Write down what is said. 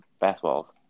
fastballs